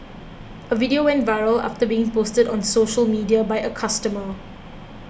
a video went viral after being posted on social media by a customer